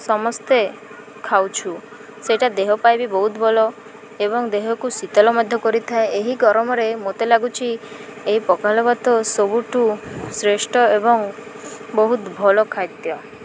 ସମସ୍ତେ ଖାଉଛୁ ସେଇଟା ଦେହ ପାଇଁ ବି ବହୁତ ଭଲ ଏବଂ ଦେହକୁ ଶୀତଳ ମଧ୍ୟ କରିଥାଏ ଏହି ଗରମରେ ମୋତେ ଲାଗୁଛି ଏହି ପଖାଳ ଭାତ ସବୁଠୁ ଶ୍ରେଷ୍ଠ ଏବଂ ବହୁତ ଭଲ ଖାଦ୍ୟ